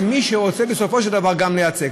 למי שרוצה בסופו של דבר גם לייצג.